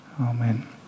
Amen